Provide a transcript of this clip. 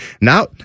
Now